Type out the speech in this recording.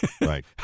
right